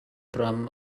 ram